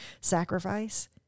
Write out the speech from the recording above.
sacrifice